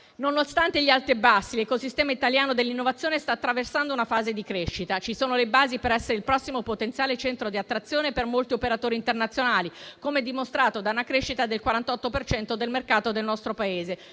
Nonostante gli alti e bassi, l'ecosistema italiano dell'innovazione sta attraversando una fase di crescita. Ci sono le basi per essere il prossimo potenziale centro di attrazione per molti operatori internazionali, come dimostrato da una crescita del 48 per cento del mercato del nostro Paese